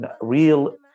real